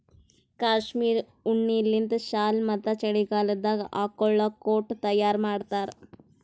cashmere ಉಣ್ಣಿಲಿಂತ್ shawl ಮತ್ತ್ ಚಳಿಗಾಲದಾಗ್ ಹಾಕೊಳ್ಳ ಕೋಟ್ ತಯಾರ್ ಮಾಡ್ತಾರ್